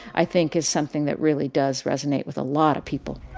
i think is something that really does resonate with a lot of people